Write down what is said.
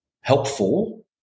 helpful